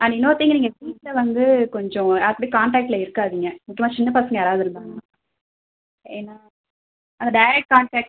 and இன்னொரு thing நீங்கள் வீட்டில் வந்து கொஞ்சம் யார்கூடவும் காண்டாக்ட்டில் இருக்காதீங்க முக்கியமாக சின்னப் பசங்க யாராவது இருந்தாங்கன்னால் ஏன்னா அந்த டேரெக்ட் காண்டாக்ட்